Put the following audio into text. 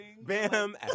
Bam